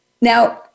Now